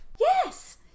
Yes